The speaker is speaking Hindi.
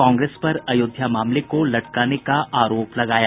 कांग्रेस पर अयोध्या मामले को लटकाने का आरोप लगाया